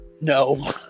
No